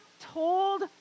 told